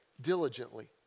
diligently